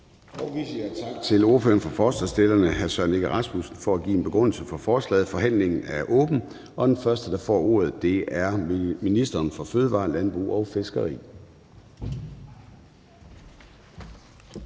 Vi siger tak til ordføreren for forslagsstillerne, hr. Søren Egge Rasmussen, for at give en begrundelse for forslaget. Forhandlingen er åbnet, og den første, der får ordet, er ministeren for fødevarer, landbrug og fiskeri. Kl.